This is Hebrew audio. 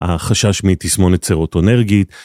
החשש מתסמונת סרוטואנרגית